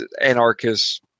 anarchist